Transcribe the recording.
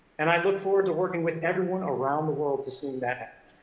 and i look forward to working with everyone around the world to see that